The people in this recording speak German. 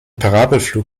parabelflug